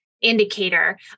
indicator